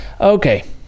Okay